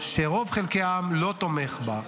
שרוב חלקי העם לא תומך בה,